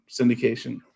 syndication